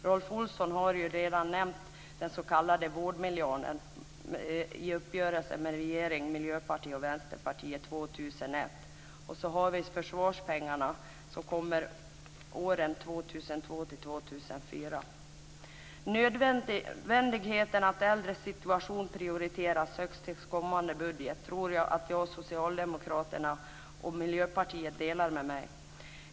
Rolf Olsson har redan nämnt den s.k. Om nödvändigheten av att de äldres situation prioriteras högt till kommande budget tror jag att Socialdemokraterna och Miljöpartiet håller med mig.